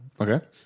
okay